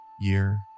Year